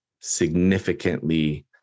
significantly